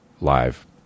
live